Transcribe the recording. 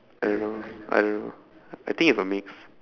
I don't know I don't know I think it's a mix